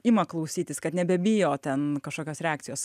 ima klausytis kad nebebijo ten kažkokios reakcijos